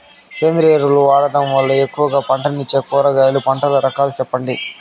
సేంద్రియ ఎరువులు వాడడం వల్ల ఎక్కువగా పంటనిచ్చే కూరగాయల పంటల రకాలు సెప్పండి?